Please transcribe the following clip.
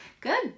good